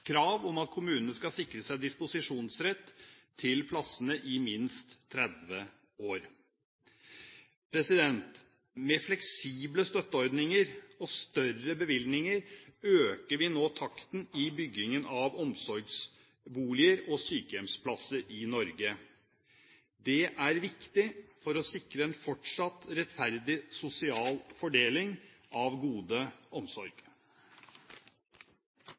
krav at kommunene skal sikre seg disposisjonsrett til plassene i minst 30 år. Med fleksible støtteordninger og større bevilgninger øker vi nå takten i byggingen av omsorgsboliger og sykehjemsplasser i Norge. Det er viktig for å sikre en fortsatt rettferdig sosial fordeling av godet omsorg.